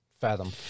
fathom